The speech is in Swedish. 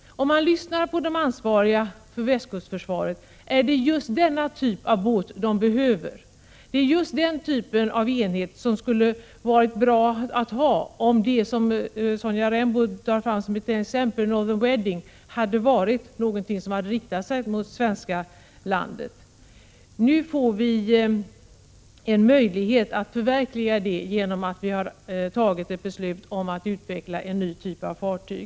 Om man lyssnar på dem som är ansvariga för västkustförsvaret finner man att det är just denna typ av båt de anser sig behöva. Det är denna typ av enhet som skulle varit bra att ha, om det som Sonja Rembo drar fram som ett exempel — Northern Wedding —- hade riktats mot svenskt land. Nu får vi en möjlighet att förverkliga försvaret härvidlag genom att vi fattar beslut om att utveckla en ny typ av fartyg.